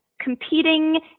competing